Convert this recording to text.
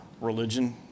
religion